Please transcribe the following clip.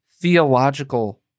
theological